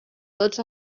tots